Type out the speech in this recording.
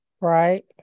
Right